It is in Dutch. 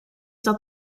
dat